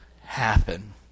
happen